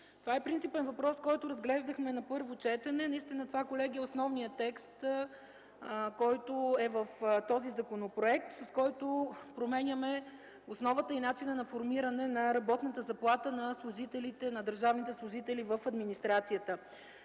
това е принципен въпрос, който разглеждахме на първо четене. Колеги, това наистина е основният текст в законопроекта, с който променяме основата и начина на формиране на работната заплата на държавните служители в администрацията.